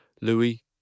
Louis